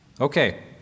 Okay